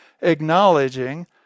acknowledging